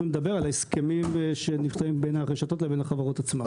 על ההסכמים שנחתמים בין הרשתות לבין החברות עצמן.